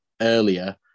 earlier